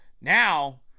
now